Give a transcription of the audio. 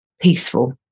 peaceful